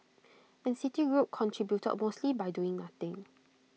and citigroup contributed mostly by doing nothing